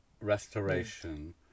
restoration